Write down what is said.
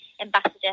ambassador